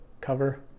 cover